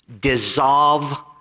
dissolve